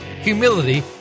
humility